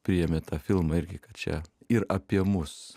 priėmė tą filmą irgi kad čia ir apie mus